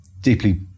deeply